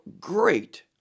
great